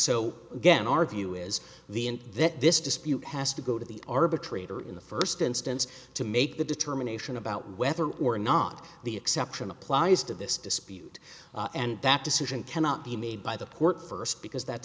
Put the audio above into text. the in that this dispute has to go to the arbitrator in the first instance to make the determination about whether or not the exception applies to this dispute and that decision cannot be made by the court first because that's